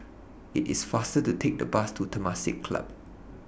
IT IS faster to Take The Bus to Temasek Club